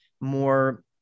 more